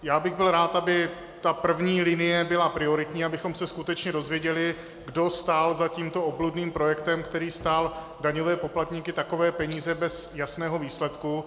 Já bych byl rád, aby ta první linie byla prioritní, abychom se skutečně dozvěděli, kdo stál za tímto obludným projektem, který stál daňové poplatníky takové peníze bez jasného výsledku.